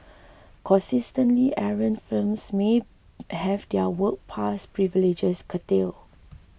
consistently errant firms may have their work pass privileges curtailed